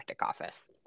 office